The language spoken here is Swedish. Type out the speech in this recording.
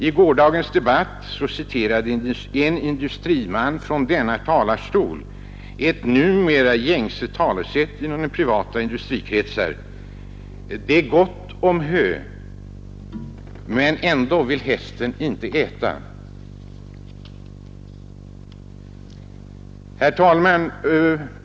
I gårdagens debatt citerade en industriman från denna talarstol ett numera gängse talesätt i privata industrikretsar: ”Det är gott om hö, men ändå vill hästen inte äta.” Herr talman!